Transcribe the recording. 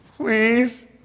Please